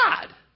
god